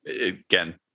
Again